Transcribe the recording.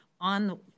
on